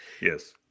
yes